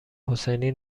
حسینی